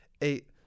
Eight